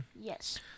Yes